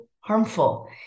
harmful